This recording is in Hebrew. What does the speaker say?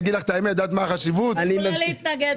לקבל החזר מס או לתאם את הדברים כדי שהוא יוכל להחזיר פחות